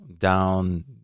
Down